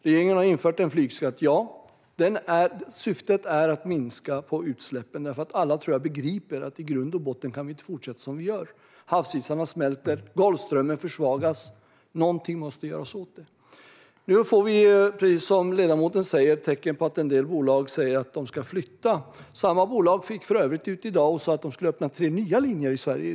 Regeringen har infört en flygskatt, och syftet är att minska på utsläppen. Jag tror att alla begriper att vi inte kan fortsätta som vi har gjort. När havsisarna smälter och Golfströmmen försvagas måste något göras. Precis som ledamoten säger hör vi nu att en del bolag tänker flytta trafiken. Ett av dessa bolag gick dock ut i dag och sa att man skulle öppna tre nya linjer i Sverige.